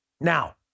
Now